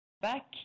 Back